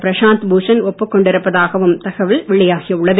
பிரஷாந்த் பூஷண் ஒப்புக் கொண்டு இருப்பதாகவும் தகவல் வெளியாகி உள்ளது